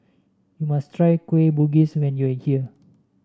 you must try Kueh Bugis when you are here